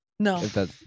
No